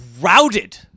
Routed